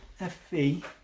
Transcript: FV